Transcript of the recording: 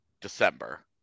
December